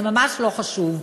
זה ממש לא חשוב.